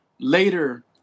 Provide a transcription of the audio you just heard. Later